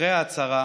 אחרי ההצהרה